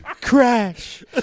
Crash